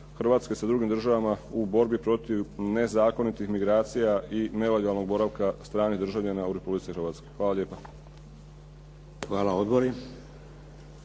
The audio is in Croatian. Hrvatske sa drugim državama u borbi protiv nezakonitih migracija i nelegalnog boravka stranih državljana u Republici Hrvatskoj. Hvala lijepa. **Šeks, Vladimir